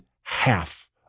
half